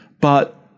But-